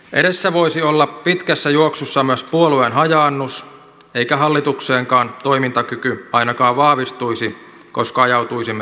edessä voisi olla pitkässä juoksussa myös puolueen hajaannus eikä hallituksenkaan toimintakyky ainakaan vahvistuisi koska ajautuisimme eri teille